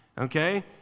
okay